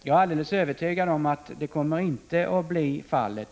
Jag är alldeles övertygad om att det inte kommer att bli fallet.